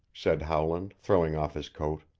said howland, throwing off his coat.